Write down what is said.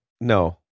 No